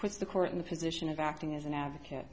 was the court in the position of acting as an advocate